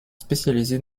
spécialisée